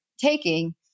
taking